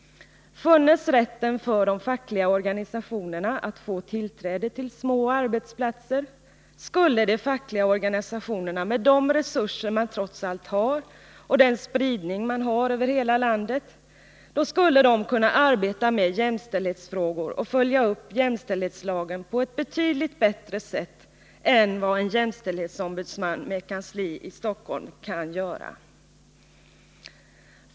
Funnes rätten för de fackliga organisationerna att få tillträde till små arbetsplatser, skulle de fackliga organisationerna med de resurser de trots allt har och den spridning de har över hela landet kunna 149 arbeta med jämställdhetsfrågor och följa upp jämställdhetslagen på ett betydligt bättre sätt än vad en jämställdhetsombudsman med kansli i Stockholm kan göra.